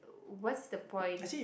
what's the point